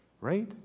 right